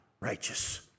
righteous